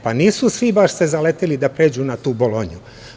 Pa, nisu se svi baš zaleteli da pređu na tu Bolonju.